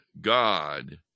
God